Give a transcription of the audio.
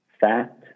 fat